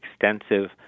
extensive